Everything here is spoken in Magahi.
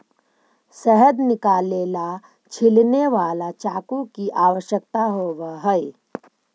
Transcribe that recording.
शहद निकाले ला छिलने वाला चाकू की आवश्यकता होवअ हई